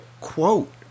quote